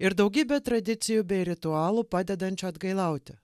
ir daugybe tradicijų bei ritualų padedančių atgailauti